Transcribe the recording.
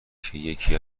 که، یکی